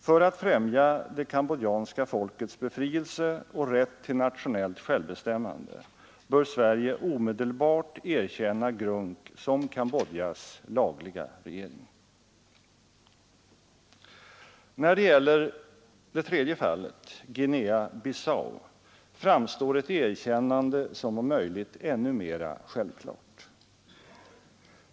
För att främja det kambodjanska folkets befrielse och rätt till nationellt självbestämmande bör Sverige omedelbart erkänna GRUNC som Cambodjas lagliga regering. När det gäller Guinea-Bissau framstår ett erkännande som om möjligt ännu mera självklart.